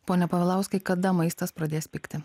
pone povilauskai kada maistas pradės pigti